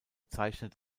zeichnet